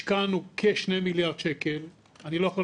השקענו כשני מיליארד שקל אני לא יכול